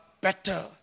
better